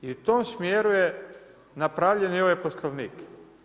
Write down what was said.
I u tom smjeru je napravljen i ovaj Poslovnik.